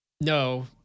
No